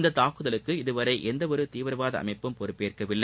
இத்தாக்குதலுக்கு இதுவரை எந்த ஒரு தீவிரவாத அமைப்பும் பொறப்பேற்கவில்லை